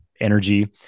energy